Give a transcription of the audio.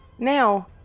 Now